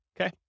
Okay